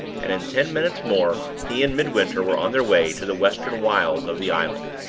and in ten minutes more he and midwinter were on their way to the western wilds of the island.